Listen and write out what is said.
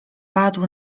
padł